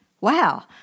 Wow